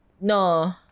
No